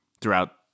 throughout